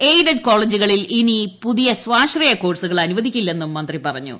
aided കോളേജുകളിൽ ഇനി പുതിയ സ്വാശ്രയ കോഴ്സുകൾ അനു വദിക്കില്ലെന്നും മന്ത്രി പറഞ്ഞു